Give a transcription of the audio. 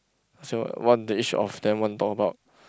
so one day each off then want talk about